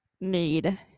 need